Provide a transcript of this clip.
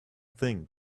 thing